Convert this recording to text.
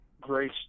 Grace